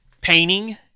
painting